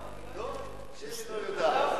לא, אני לא יודעת.